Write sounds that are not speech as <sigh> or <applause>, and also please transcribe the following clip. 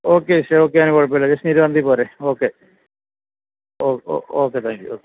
okay <unintelligible> okay അതിന് കുഴപ്പമില്ല ജെസ്റ്റ്ൻ ഇരുപതാം തീയതി പോര് ഓക്കെ ഓ ഓ ഓക്കെ താങ്ക് യൂ ഓക്കെ